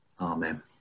Amen